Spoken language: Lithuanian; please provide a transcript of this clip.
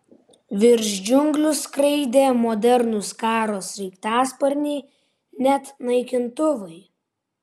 virš džiunglių skraidė modernūs karo sraigtasparniai net naikintuvai